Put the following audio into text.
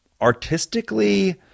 artistically